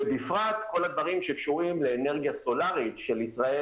ובפרט כל הדברים שקשורים לאנרגיה סולארית שלישראל